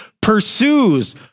pursues